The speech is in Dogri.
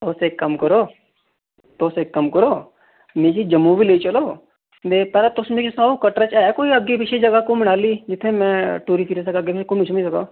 तुस इक कम्म करो तुस इक कम्म करो मिगी जम्मू बी लेई चलो ते पैहलां तुस मिगी सनाओ कटड़ै च ऐ कोई अग्गै पिच्छै जगह कोई घुम्मन आहली जित्थै में टुरी फिरी सकां अग्गे में घुम्मी शुम्मी सकां